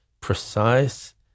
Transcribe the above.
precise